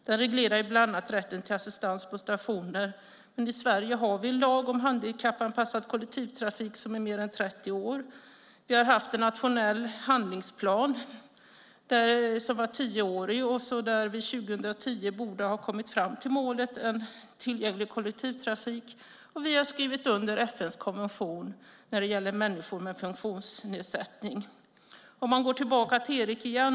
Den reglerar bland annat rätten till assistans på stationer, men i Sverige har vi en lag om handikappanpassad kollektivtrafik som är mer än 30 år gammal. Vi har haft en nationell handlingsplan i tio år där vi 2010 borde ha kommit fram till målet om en tillgänglig kollektivtrafik. Vi har skrivit under FN:s konvention som gäller människor med funktionsnedsättning. Låt mig gå tillbaka till Erik igen.